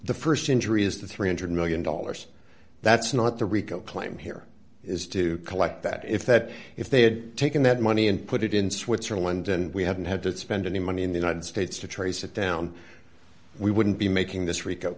the st injury is the three hundred million dollars that's not the rico claim here is to collect that if that if they had taken that money and put it in switzerland and we haven't had to spend any money in the united states to trace it down we wouldn't be making this rico